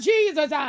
Jesus